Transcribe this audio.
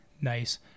Nice